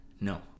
No